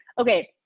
Okay